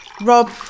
Rob